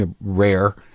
rare